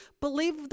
believe